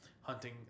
hunting